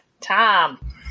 Tom